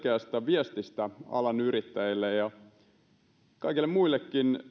myös selkeästä viestistä alan yrittäjille ja kaikkia muitakin